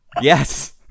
Yes